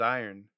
iron